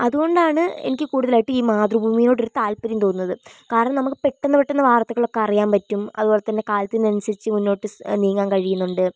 അതുകൊണ്ടാണ് എനിക്ക് കൂടുതലായിട്ട് ഈ മാതൃഭൂമിയോടൊരു താല്പ്പര്യം തോന്നുന്നത് കാരണം നമുക്ക് പെട്ടെന്ന് പെട്ടെന്ന് വാർത്തകളൊക്കെ അറിയാൻ പറ്റും അതുപോലത്തന്നെ കാലത്തിനനുസരിച്ചു മുന്നോട്ട് സ് നീങ്ങാൻ കഴിയുന്നുണ്ട്